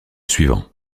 suivant